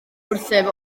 wrthyf